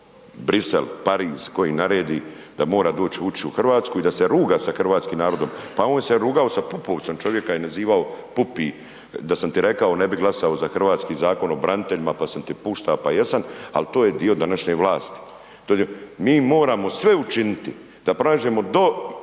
Brisel, Paris koji naredi da mora doć Vučić u RH i da se ruga sa hrvatskim narodom, pa on se je rugao sa Pupovcem, čovjeka je nazivao Pupi, da sam ti rekao ne bi glasao za hrvatski Zakon o braniteljima, pa sam ti pušta, pa jesan, al to je dio današnje vlasti. Mi moramo sve učiniti da pronađeno do,